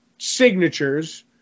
signatures